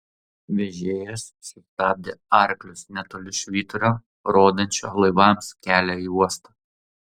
vežėjas sustabdė arklius netoli švyturio rodančio laivams kelią į uostą